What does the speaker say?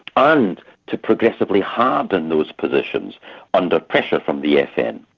and to progressively harden those positions under pressure from the fn.